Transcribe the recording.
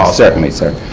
um certainly, sir.